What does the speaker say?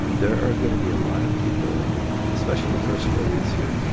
there are going to be a lot of people especially in the first four weeks here,